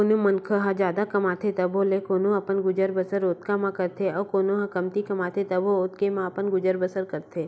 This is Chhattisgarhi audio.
कोनो मनखे ह जादा कमाथे तभो ले ओहा अपन गुजर बसर ओतका म करथे अउ कोनो ह कमती कमाथे तभो ओतके म अपन गुजर बसर करथे